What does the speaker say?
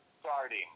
starting